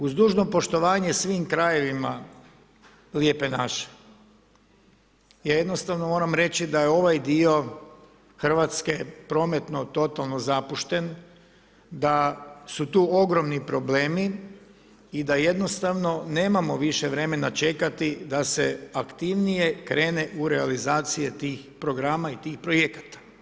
Uz dužno poštovanje svim krajevima lijepe naše, ja jednostavno moram reći da je ovaj dio Hrvatske prometno totalno zapušten, da su tu ogromni problemi i da jednostavno nemamo više vremena čekati da se aktivnije krene u realizacije tih programa i tih projekata.